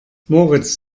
moritz